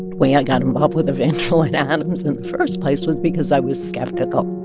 way i got involved with evangeline adams in the first place was because i was skeptical